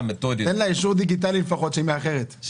הישיבה ננעלה בשעה 13:30.